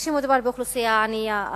כשמדובר באוכלוסייה ענייה,